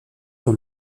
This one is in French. dans